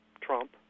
Trump